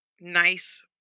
nice